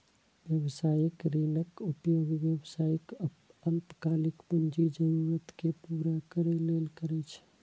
व्यावसायिक ऋणक उपयोग व्यवसायी अल्पकालिक पूंजी जरूरत कें पूरा करै लेल करै छै